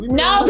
no